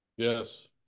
Yes